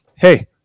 hey